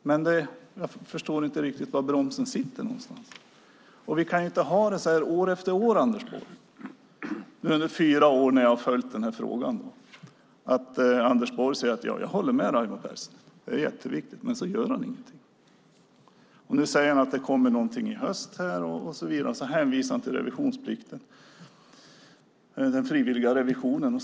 Jag förstår inte riktigt var bromsen sitter någonstans. Vi kan inte ha det så här år efter år, Anders Borg. Under de fyra år som jag har följt denna fråga har Anders Borg sagt: Jag håller med Raimo Pärssinen. Det är jätteviktigt. Han gör dock ingenting. Nu säger han att det kommer någonting i höst och så vidare, och så hänvisar han till revisionsplikten, den frivilliga revisionen.